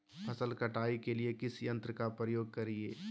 फसल कटाई के लिए किस यंत्र का प्रयोग करिये?